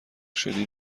شدی